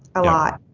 a lot.